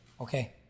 Okay